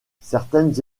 certaines